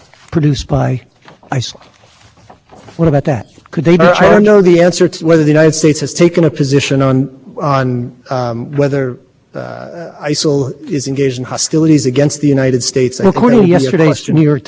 know has that changed your honor the government's position is that the court should review per plane error and i think the how do you reconcile that with sharif and sure where the court although the personal side